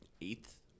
eighth